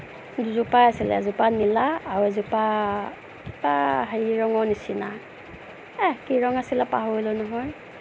দুজোপা আছিলে এজোপা নীলা আৰু এজোপা কিবা হেৰি ৰঙৰ নিচিনা এহ কি ৰং আছিল পাহৰিলোঁ নহয়